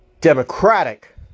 democratic